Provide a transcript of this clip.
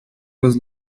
was